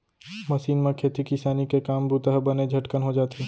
machine म खेती किसानी के काम बूता ह बने झटकन हो जाथे